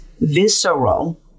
visceral